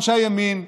אנשי הימין,